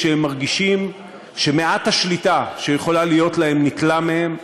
כשהם מרגישים שמעט השליטה שיכולה להיות להם ניטלה מהם,